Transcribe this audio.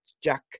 Jack